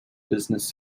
business